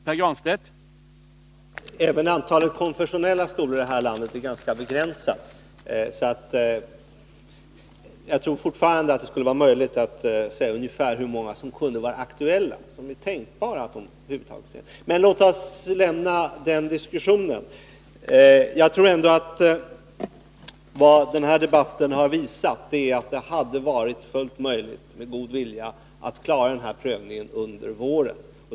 Herr talman! Även antalet konfessionella skolor i det här landet är ganska begränsat. Därför tror jag fortfarande att det skulle vara möjligt att säga ungefär hur många skolor som kunde vara aktuella i det här sammanhanget. Men låt oss lämna den diskussionen. Vad den här debatten har visat är just att det hade varit fullt möjligt att med litet god vilja klara den aktuella prövningen under våren.